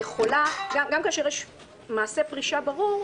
גם כאשר יש מעשה פרישה ברור,